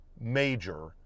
major